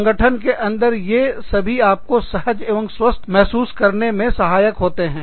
संगठन के अंदर ये सभी आपको सहज एवं स्वस्थ महसूस करने में सहायक होते हैं